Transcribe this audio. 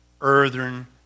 earthen